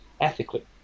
ethically